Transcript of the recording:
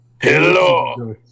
Hello